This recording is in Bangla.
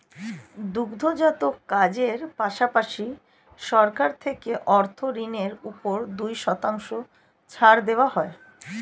দুগ্ধজাত কাজের পাশাপাশি, সরকার থেকে অর্থ ঋণের উপর দুই শতাংশ ছাড় দেওয়া হয়